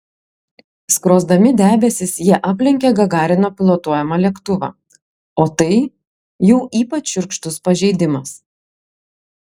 skrosdami debesis jie aplenkė gagarino pilotuojamą lėktuvą o tai jau ypač šiurkštus pažeidimas